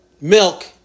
milk